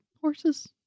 horses